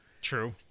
True